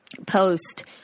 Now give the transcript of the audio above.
Post